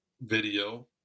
video